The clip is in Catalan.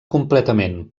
completament